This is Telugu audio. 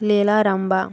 లీలా రంభా